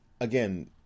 Again